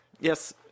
yes